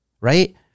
right